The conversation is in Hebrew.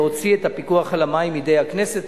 להוציא את הפיקוח על המים מידי הכנסת,